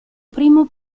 primo